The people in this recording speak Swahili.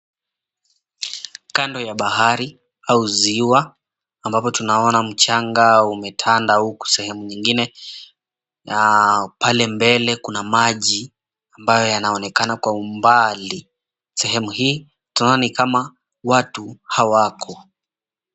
Kando ya bahari au ziwa ambapo tunaona mchanga umetanda huku sehemu nyingine na pale mbele kuna maji ambayo yanaonekana kwa umbali. Sehemu hii tunao𝑛a ni kama watu hawako.